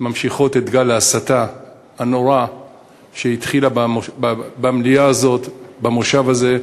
ממשיכות את גל ההסתה הנורא שהתחיל במליאה הזאת במושב הזה,